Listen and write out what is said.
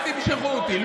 אל תמשכו אותי.